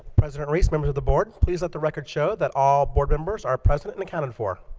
president reese, members of the board, please let the record show that all board members are present and accounted for